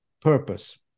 Purpose